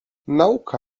nauka